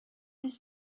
his